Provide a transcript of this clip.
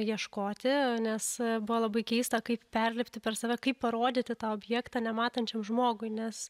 ieškoti nes buvo labai keista kaip perlipti per save kaip parodyti tą objektą nematančiam žmogui nes